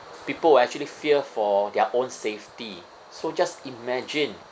people will actually fear for their own safety so just imagine